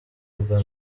bwa